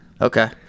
Okay